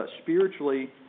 spiritually